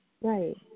Right